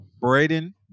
Braden